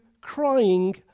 crying